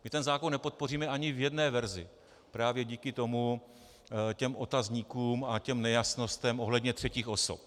My ten zákon nepodpoříme ani v jedné verzi právě díky těm otazníkům a nejasnostem ohledně třetích osob.